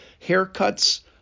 haircuts